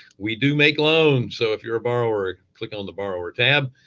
we do make loans so if you're a borrower, click on the borrower tab.